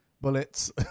bullets